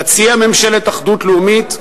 תציע ממשלת אחדות לאומית?